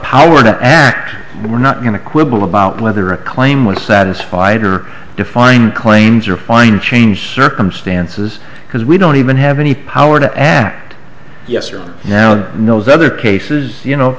power to act we're not going to quibble about whether a claim was satisfied or defined claims are fine change circumstances because we don't even have any power to act yes or no no's other cases you know